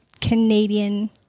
Canadian